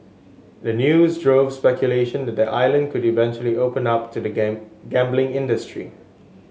the news drove speculation that the island could eventually open up to the game gambling industry